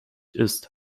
ist